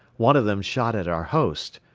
one of them shot at our host.